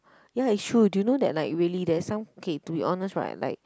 ya it's true do you know that like really there's some K to be honest right like